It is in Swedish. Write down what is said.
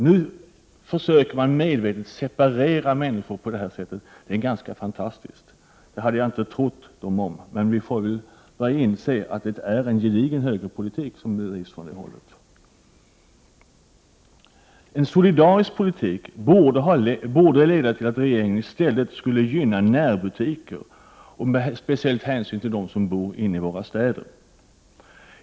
Nu försöker man medvetet separera människor på detta sätt. Det är ganska fantastiskt. Det hade jag inte trott dem om. Men vi får väl börja inse att det är en gedigen högerpolitik som bedrivs från det hållet. En solidarisk politik borde leda till att regeringen i stället skulle gynna närbutiker och speciellt ta hänsyn till dem som bor i våra städer.